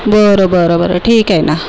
बरं बरं बरं ठीक आहे ना